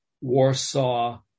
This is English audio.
warsaw